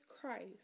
Christ